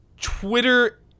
twitter